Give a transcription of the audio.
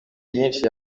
byinshi